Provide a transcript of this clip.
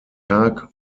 tag